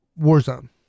Warzone